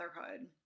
motherhood